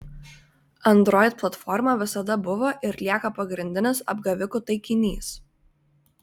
android platforma visada buvo ir lieka pagrindinis apgavikų taikinys